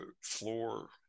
floor